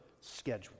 schedule